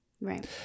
Right